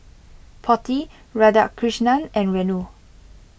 Potti Radhakrishnan and Renu